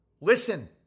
Listen